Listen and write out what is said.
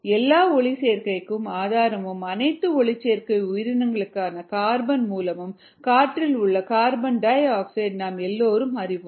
எல்லா ஒளிச்சேர்க்கைக்கும் ஆதாரமும் அனைத்து ஒளிச்சேர்க்கை உயிரினங்களுக்கான கார்பன் மூலமும் காற்றில் உள்ள கார்பன் டை ஆக்சைடு நாம் எல்லோரும் அறிவோம்